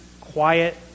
quiet